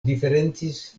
diferencis